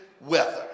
weather